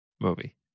movie